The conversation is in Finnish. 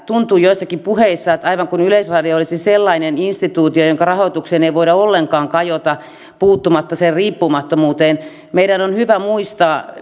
tuntuu joissakin puheissa aivan kuin yleisradio olisi sellainen instituutio jonka rahoitukseen ei voida ollenkaan kajota puuttumatta sen riippumattomuuteen meidän on hyvä muistaa